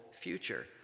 future